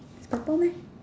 is purple meh